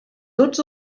tots